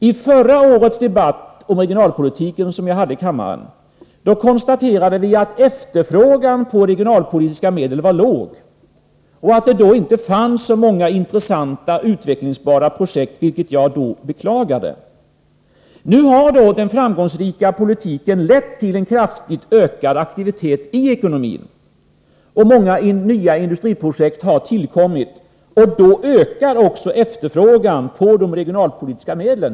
I förra årets debatt här i kammaren om regionalpolitiken konstaterade vi att efterfrågan på regionalpolitiska medel var låg och att det då inte fanns så många intressanta utvecklingsbara projekt. Det beklagade jag då. Nu har den framgångsrika politiken lett till en kraftigt ökad aktivitet i ekonomin. Många nya industriprojekt har tillkommit. Då ökar också efterfrågan på de regionalpolitiska medlen.